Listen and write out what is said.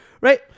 right